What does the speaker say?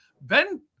Ben